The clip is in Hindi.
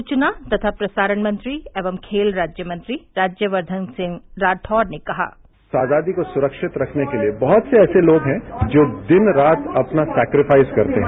सूचना तथा प्रसारण मंत्री एवं खेल राज्य मंत्री राज्यवर्द्वन सिंह राठौर ने पर कहा आजादी को सुरक्षित रखने के लिए बहत से ऐसे लोग है जो दिन रात अपना सेक्रेफाइज करते है